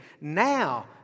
Now